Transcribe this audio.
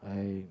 I